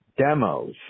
Demos